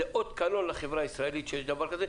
זו אות קלון לחברה הישראלית שיש דבר כזה.